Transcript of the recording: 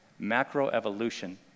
Macroevolution